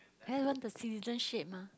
then want the citizenship mah